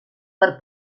per